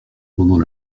pendant